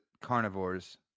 carnivores